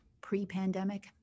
pre-pandemic